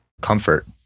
Comfort